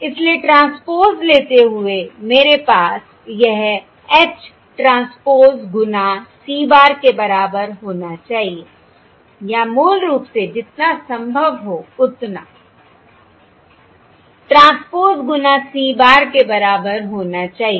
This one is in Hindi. इसलिए ट्रांसपोज़ लेते हुए मेरे पास यह H ट्रांसपोज़ गुना c bar के बराबर होना चाहिए या मूल रूप से जितना संभव हो उतना ट्रांसपोज़ गुना c bar के बराबर होना चाहिए